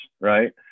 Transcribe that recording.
Right